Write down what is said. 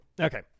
Okay